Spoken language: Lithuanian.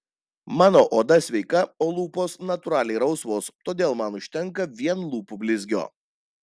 mano oda sveika o lūpos natūraliai rausvos todėl man užtenka vien lūpų blizgio